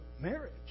marriage